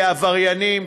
כעבריינים,